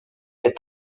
est